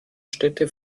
städte